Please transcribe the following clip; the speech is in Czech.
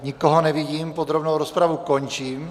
Nikoho nevidím, podrobnou rozpravu končím.